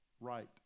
right